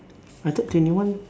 I thought twenty one